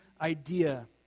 idea